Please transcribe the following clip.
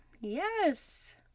Yes